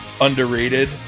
underrated